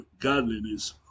godliness